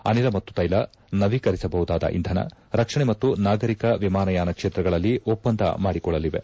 ಅನಿಲ ಮತ್ತು ತ್ಲೆಲ ನವೀಕರಿಸಬಹುದಾದ ಇಂಧನ ರಕ್ಷಣೆ ಮತ್ತು ನಾಗರಿಕ ವಿಮಾನಯಾನ ಕ್ಷೇತ್ರಗಳಲ್ಲಿ ಒಪ್ಪಂದ ಮಾಡಿಕೊಳ್ಳಲಿವೆ